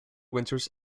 winters